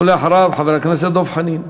ואחריו, חבר הכנסת דב חנין.